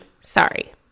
sorry